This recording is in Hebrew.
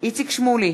איציק שמולי,